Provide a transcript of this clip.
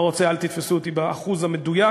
את זה,